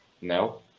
No